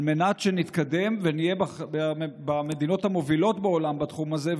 על מנת שנתקדם ונהיה בין המדינות המובילות בעולם בתחום הזה,